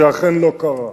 זה אכן לא קרה.